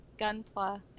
gunpla